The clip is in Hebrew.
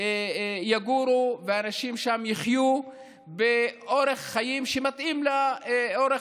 יגורו ואנשים שם יחיו באורח חיים שמתאים לאורח